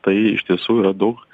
tai iš tiesų yra daug